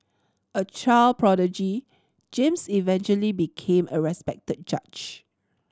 a child prodigy James eventually became a respected judge